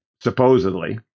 supposedly